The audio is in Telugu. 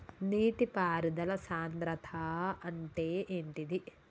నీటి పారుదల సంద్రతా అంటే ఏంటిది?